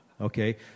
Okay